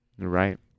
Right